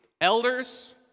elders